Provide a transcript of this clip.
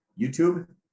YouTube